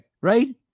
right